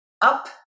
up